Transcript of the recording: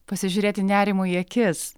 pasižiūrėti nerimui į akis